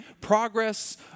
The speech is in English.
progress